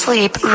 Sleep